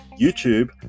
YouTube